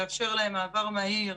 לאפשר להם מעבר מהיר,